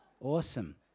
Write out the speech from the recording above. awesome